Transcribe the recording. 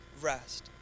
rest